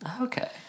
Okay